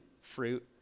fruit